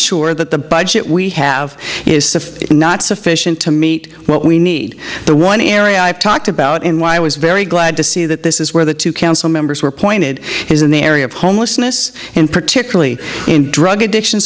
sure that the budget we have is sufficient not sufficient to meet what we need the one area i've talked about and why i was very glad to see that this is where the two council members were pointed is in the area of homelessness and particularly in drug addiction